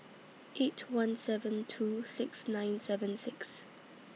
eight one seven two six nine seven six